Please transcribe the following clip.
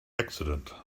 accident